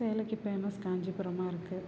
சேலைக்கு famous காஞ்சிபுரமாக இருக்குது